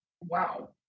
Wow